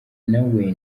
nawe